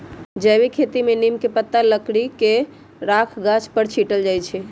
जैविक खेती में नीम के पत्ता, लकड़ी के राख गाछ पर छिट्ल जाइ छै